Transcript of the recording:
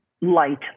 light